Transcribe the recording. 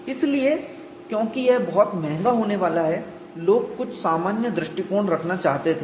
इसलिए क्योंकि यह बहुत महंगा होने वाला है लोग कुछ सामान्य दृष्टिकोण रखना चाहते थे